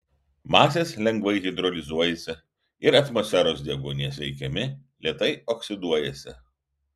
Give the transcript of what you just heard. masės lengvai hidrolizuojasi ir atmosferos deguonies veikiami lėtai oksiduojasi